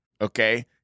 okay